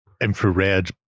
infrared